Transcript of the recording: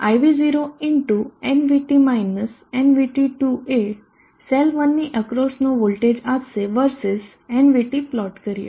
i v0 x nvt - nvt 2 એ cell 1ની અક્રોસનો વોલ્ટેજ આપશે verses nvt પ્લોટ કરીએ